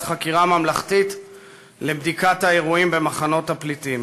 חקירה ממלכתית לבדיקת האירועים במחנות הפליטים.